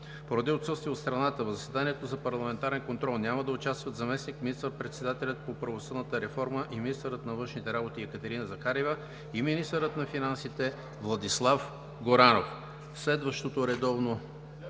Поради отсъствие от страната в заседанието за парламентарен контрол няма да участват заместник министър-председателят по правосъдната реформа и министър на външните работи Екатерина Захариева; министърът на финансите Владислав Горанов. Следващото редовно